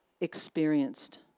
experienced